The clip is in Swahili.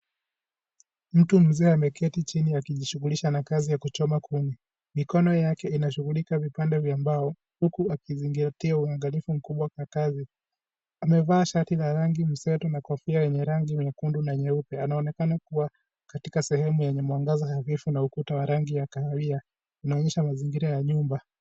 Mtu mzee ameketi chini akijishughulisha na kazi ya kuchoma kuni. Mikono yake inashughulika vipande vya mbao huku akizingatia uangalifu mkubwa kwa kazi. Amevaa shati la rangi mseto na kofia yenye rangi nyekundu na nyeupe. Anaonekana kuwa katika sehemu yenye mwangaza nadhifu na ukuta wa rangi ya kahawia. Inaonyesha mazingira ya nyumba.